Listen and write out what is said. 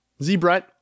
Zebret